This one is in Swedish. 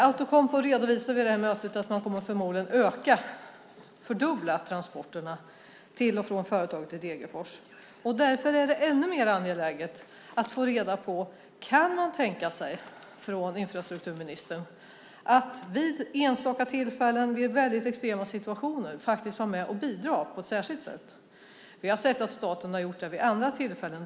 Outokumpu redovisade vid det här mötet att man förmodligen kommer att fördubbla transporterna till och från företaget i Degerfors. Därför är det ännu mer angeläget att få reda på av infrastrukturministern om man kan tänka sig att vid enstaka tillfällen, i väldigt extrema situationer, faktiskt vara med och bidra på ett särskilt sätt. Vi har sett att staten har gjort det vid andra tillfällen.